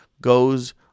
goes